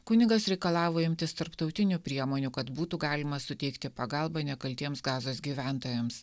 kunigas reikalavo imtis tarptautinių priemonių kad būtų galima suteikti pagalbą nekaltiems gazos gyventojams